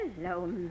Hello